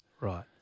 Right